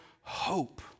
hope